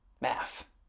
math